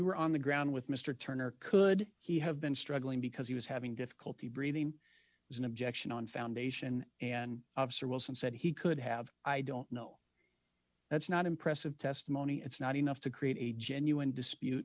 were on the ground with mr turner could he have been struggling because he was having difficulty breathing was an objection on foundation an officer wilson said he could have i don't know that's not impressive testimony it's not enough to create a genuine dispute